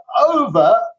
over